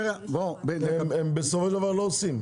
הם בסופו של דבר לא עושים.